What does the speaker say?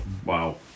Wow